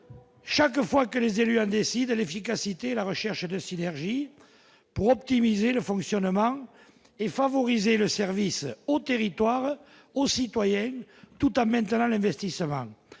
chaque fois que les élus, a décidé l'efficacité, la recherche de synergies pour optimiser le fonctionnement et favoriser le service aux territoires, aux citoyens, tout en maintenant l'investissement